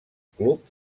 club